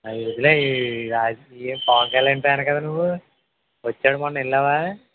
అది వదిలేయి రాజకీయం పవన్ కళ్యాణ్ ఫ్యాన్ కదా నువ్వు వచ్చాడు మొన్న వెళ్ళావా